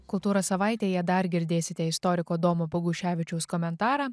kultūros savaitėje dar girdėsite istoriko domo boguševičiaus komentarą